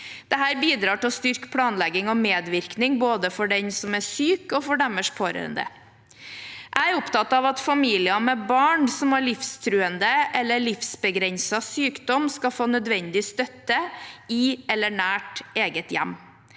Dette bidrar til styrket planlegging og medvirkning både for den som er syk, og for de pårørende. Jeg er opptatt av at familier med barn som har livstruende eller livsbegrensende sykdom, skal få nødvendig støtte i eller nært eget hjem.